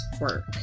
work